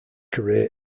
career